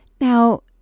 Now